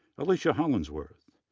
alicia hollingsworth,